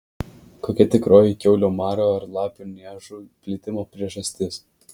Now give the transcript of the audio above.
kokia tikroji kiaulių maro ar lapių niežų plitimo priežastis